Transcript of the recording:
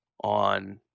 on